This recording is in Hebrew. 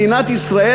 מדינת ישראל,